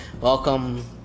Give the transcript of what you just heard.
Welcome